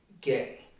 gay